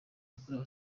yakorewe